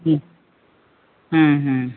ওম হু হু